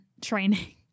training